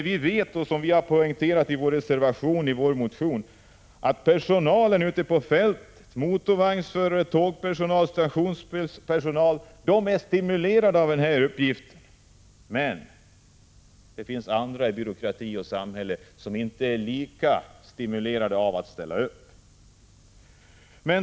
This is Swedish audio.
Vi vet och har poängterat det i vår motion och reservation att personalen ute på fältet — motorvagnsförare, tågpersonal, stationspersonal — är stimulerade av denna uppgift. Men det finns andra i samhället och byråkratin som inte är lika stimulerade av att ställa upp.